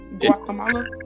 Guatemala